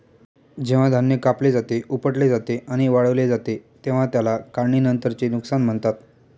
जेव्हा धान्य कापले जाते, उपटले जाते आणि वाळवले जाते तेव्हा त्याला काढणीनंतरचे नुकसान म्हणतात